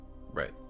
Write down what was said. Right